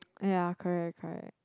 ya correct correct